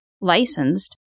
licensed